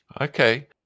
Okay